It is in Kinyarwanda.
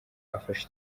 afashe